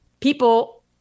people